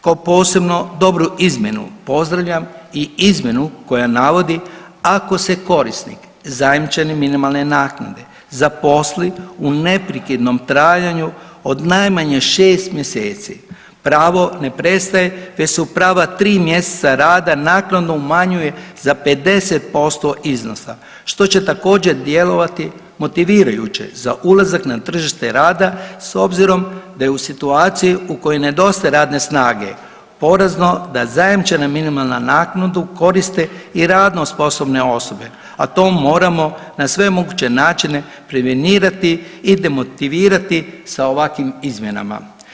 Kao posebno dobru izmjenu pozdravljam i izmjenu koja navodi ako se korisnik zajamčene minimalne naknade zaposli u neprekidnom trajanju od najmanje 6 mjeseci pravo ne prestaje već se prava tri mjeseca rada naknadno umanjuje za 50% iznosa što će također djelovati motivirajuće za ulazak na tržište rada s obzirom da je u situaciji u kojoj nedostaje radne snage porazno da zajamčena minimalnu naknadu koriste i radno sposobne osobe, a to moramo na sve moguće načine prevenirati i demotivirati sa ovakvim izmjenama.